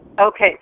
Okay